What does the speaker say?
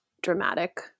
dramatic